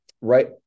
Right